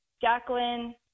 Jacqueline